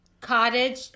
Cottage